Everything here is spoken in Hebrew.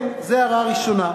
אתה מדבר ברצינות?